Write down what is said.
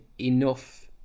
enough